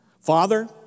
Father